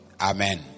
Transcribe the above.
Amen